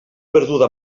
perduda